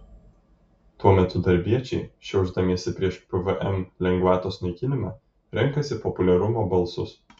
tuo metu darbiečiai šiaušdamiesi prieš pvm lengvatos naikinimą renkasi populiarumo balsus